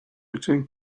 between